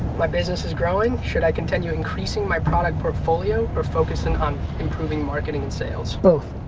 my business is growing, should i continue increasing my product portfolio or focus in on improving marketing and sales? both.